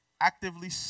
Actively